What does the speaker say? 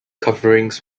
coverings